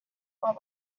what